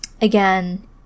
again